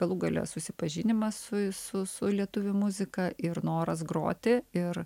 galų gale susipažinimas su su su lietuvių muzika ir noras groti ir